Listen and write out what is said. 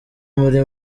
muri